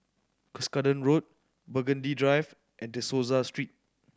Cuscaden Road Burgundy Drive and De Souza Street